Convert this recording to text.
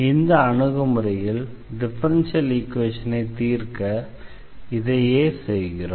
இந்த அணுகுமுறையில் டிஃபரன்ஷியல் ஈக்வேஷனை தீர்க்க இதையே செய்கிறோம்